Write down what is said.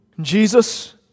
Jesus